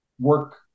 work